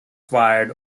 fired